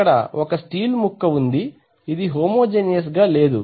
ఇక్కడ ఒక స్టీల్ ముక్క ఉంది ఇది హోమోజెనియస్ గా లేదు